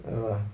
uh